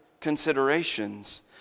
considerations